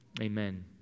amen